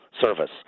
service